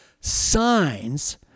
signs